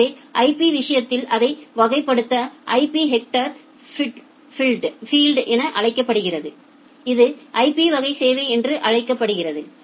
எனவே IP விஷயத்தில் அதை வகைப்படுத்த IP ஹெட்டா் ஃபில்டு யை பயன்படுத்துகிறோம் இது IP வகை சேவை என்று அழைக்கப்படுகிறது